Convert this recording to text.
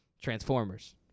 Transformers